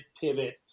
pivot